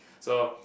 so